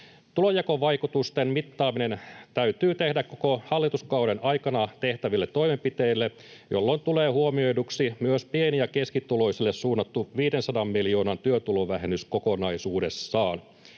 Tulonjakovaikutusten mittaaminen täytyy tehdä koko hallituskauden aikana tehtäville toimenpiteille, jolloin tulee huomioiduksi myös pieni- ja keskituloisille suunnattu 500 miljoonan työtulovähennys kokonaisuudessaan.